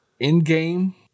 Endgame